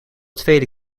tweede